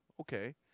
Okay